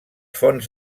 fonts